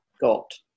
got